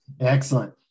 Excellent